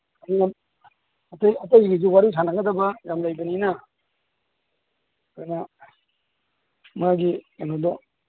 ꯑꯇꯩꯗꯨꯁꯨ ꯋꯥꯔꯤ ꯁꯥꯟꯅꯒꯗꯕ ꯌꯥꯝ ꯂꯩꯕꯅꯤꯅ ꯑꯗꯨꯅ ꯃꯥꯒꯤ ꯀꯩꯅꯣꯗꯣ